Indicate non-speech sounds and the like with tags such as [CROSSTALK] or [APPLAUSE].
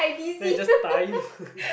then you just time [LAUGHS]